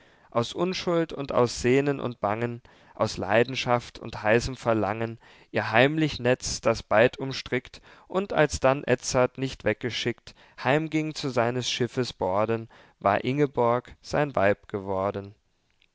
aus unschuld und aus sehnen und bangen aus leidenschaft und heißem verlangen ihr heimlich netz das beid umstrickt und als dann edzard nicht weggeschickt heimging zu seines schiffes borden war ingeborg sein weib geworden